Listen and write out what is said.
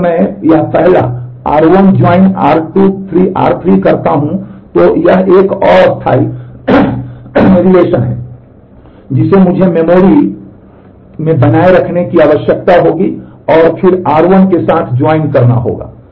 अब अगर मैं यह पहला करना होगा